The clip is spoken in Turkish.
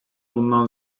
bundan